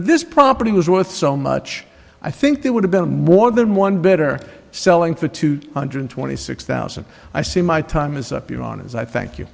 at this property was worth so much i think that would have been more than one better selling for two hundred twenty six thousand i see my time is up iran as i thank you